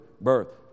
birth